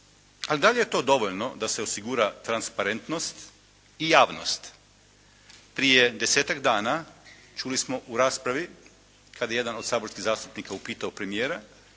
a da li je to dovoljno da se osigura transparentnost i javnost. Prije desetak dana čuli smo u raspravi kad je jedan od saborskih zastupnika upitao premijera